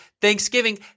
Thanksgiving